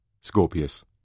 Scorpius